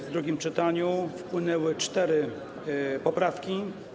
W drugim czytaniu wpłynęły cztery poprawki.